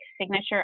signature